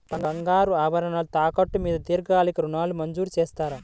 బంగారు ఆభరణాలు తాకట్టు మీద దీర్ఘకాలిక ఋణాలు మంజూరు చేస్తారా?